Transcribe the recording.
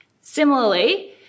Similarly